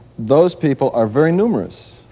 those people are very numerous.